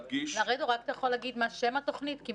לרדו, אתה יכול להגיד מה שם התוכנית?